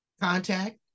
contact